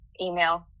email